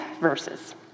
verses